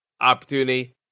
opportunity